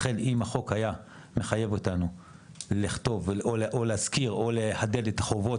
לכן אם החוק היה מחייב אותנו לכתוב או להזכיר או להדהד את חובות